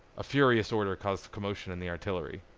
a furious order caused commotion in the artillery.